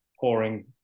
pouring